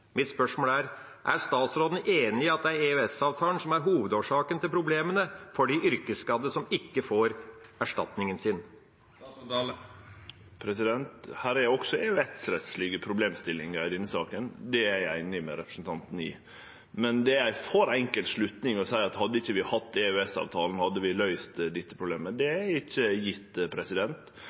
er: Er statsråden enig i at EØS-avtalen er hovedårsaken til problemene for de yrkesskadde som ikke får erstatningen sin? I denne saka er det òg EØS-rettslege problemstillingar, det er eg einig med representanten i. Men det er ein for enkel slutning å seie at hadde vi ikkje hatt EØS-avtalen, hadde vi løyst dette problemet. Det er